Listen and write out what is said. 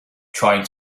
trying